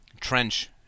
trench